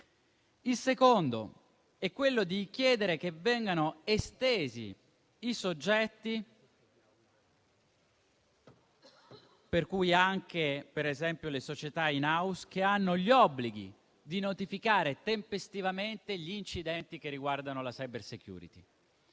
Il secondo è quello di chiedere che vengano estesi i soggetti (per esempio le società *in house*) che hanno l'obbligo di notificare tempestivamente gli incidenti che riguardano la *cybersecurity*.